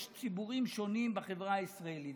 יש ציבורים שונים בחברה הישראלית,